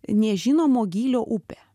nežinomo gylio upę